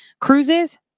cruises